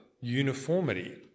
uniformity